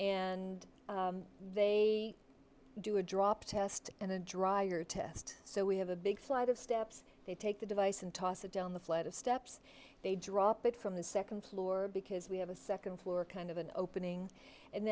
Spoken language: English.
and they do a drop test and a dryer test so we have a big flight of steps they take the device and toss it down the flight of steps they drop it from the second floor because we have a second floor kind of an opening and